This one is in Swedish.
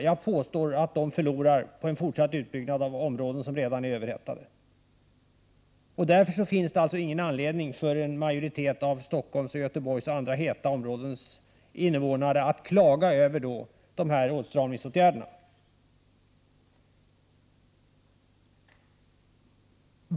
Jag påstår att de förlorar på en fortsatt utbyggnad av områden som redan är överhettade. Därför finns det alltså ingen anledning för majoriteten av Stockholms, Göteborgs och andra heta områdens invånare att klaga över åtstramningsåtgärderna.